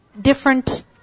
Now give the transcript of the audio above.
different